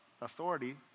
authority